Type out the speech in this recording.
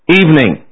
evening